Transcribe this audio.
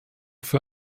für